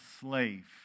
slave